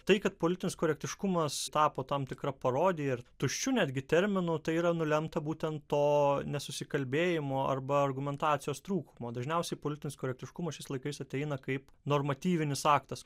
tai kad politinis korektiškumas tapo tam tikra parodija ir tuščiu netgi terminu tai yra nulemta būtent to nesusikalbėjimo arba argumentacijos trūkumo dažniausiai politinis korektiškumas šiais laikais ateina kaip normatyvinis aktas